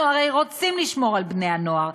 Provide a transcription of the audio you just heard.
ואנחנו הרי רוצים לשמור על בני-הנוער,